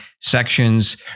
sections